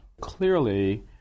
Clearly